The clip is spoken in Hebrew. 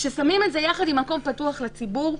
כששמים את זה יחד עם מקום פתוח לציבור,